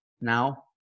now